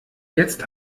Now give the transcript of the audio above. jetzt